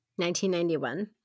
1991